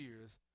years